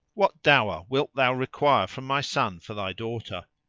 what dower wilt thou require from my son for thy daughter?